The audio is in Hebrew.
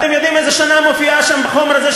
אתם יודעים איזו שנה מופיעה שם בחומר הזה,